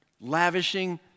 lavishing